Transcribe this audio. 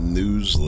news